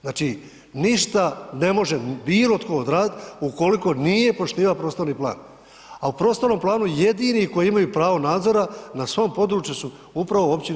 Znači, ništa ne može bilo tko odradit ukoliko nije poštivao prostorni plan, a u prostornom planu jedini koji imaju pravo nadzora na svom području su upravo općine i gradovi.